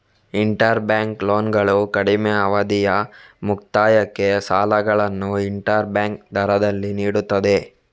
inter bank ಲೋನ್ಗಳು ಕಡಿಮೆ ಅವಧಿಯ ಮುಕ್ತಾಯಕ್ಕೆ ಸಾಲಗಳನ್ನು ಇಂಟರ್ ಬ್ಯಾಂಕ್ ದರದಲ್ಲಿ ನೀಡುತ್ತದೆ